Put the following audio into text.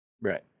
Right